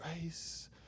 grace